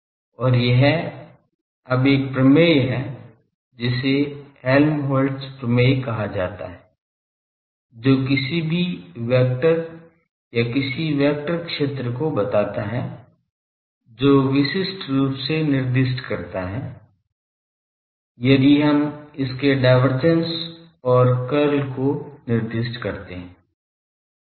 और यह अब एक प्रमेय है जिसे हेलमहोल्ट्ज प्रमेय कहा जाता है जो किसी भी वेक्टर या किसी वेक्टर क्षेत्र को बताता है जो विशिष्ट रूप से निर्दिष्ट करता है यदि हम इसके डायवर्जेंस और कर्ल को निर्दिष्ट करते हैं